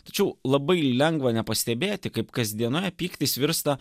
tačiau labai lengva nepastebėti kaip kasdienoj pyktis virsta